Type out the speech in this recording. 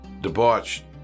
debauched